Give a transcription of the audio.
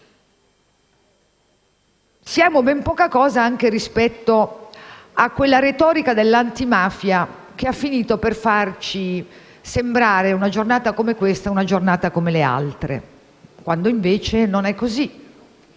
Siamo ben poca cosa anche rispetto a quella retorica dell'antimafia che ha finito per farci sembrare una giornata come questa una giornata come le altre, quando invece non è così.